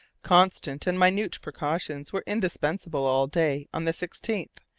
constant and minute precautions were indispensable all day on the sixteenth,